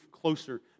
closer